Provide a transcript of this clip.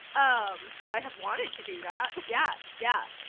um i have wanted to do that yeah. yeah.